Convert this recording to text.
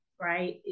right